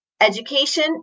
Education